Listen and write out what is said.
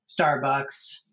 Starbucks